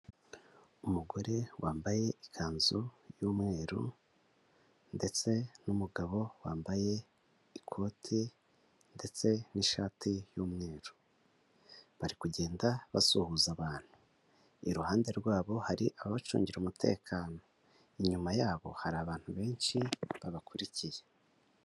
Umugore wambaye ikanzu y'umweru, ndetse n'umugabo wambaye ikoti ndetse n'ishati y'umweru. Bari kugenda basuhuza abantu. Iruhande rwabo hari ababacungira umutekano. Inyuma yabo hari abantu benshi babakurikiye.